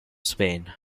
spain